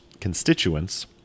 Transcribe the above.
constituents